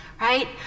right